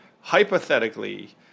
hypothetically